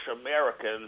Americans